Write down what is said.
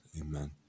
Amen